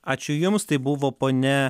ačiū jums tai buvo ponia